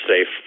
safe